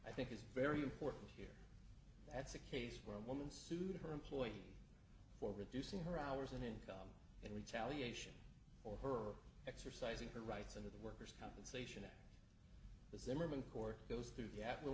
i think is very important here that's a case where a woman sued her employer for reducing her hours and income in retaliation for her exercising her rights under the worst compensation